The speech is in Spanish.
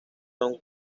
son